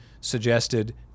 suggested